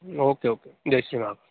okay okay जय श्री राम